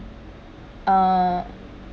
uh